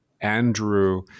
Andrew